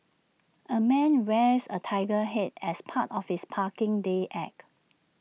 A man wears A Tiger Head as part of his parking day act